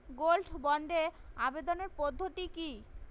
Gold বন্ডে আবেদনের পদ্ধতিটি কি?